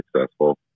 successful